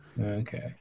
Okay